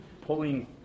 pulling